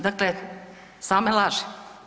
Dakle, same laži.